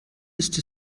ist